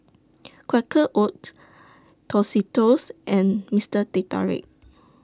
Quaker Oats Tostitos and Mister Teh Tarik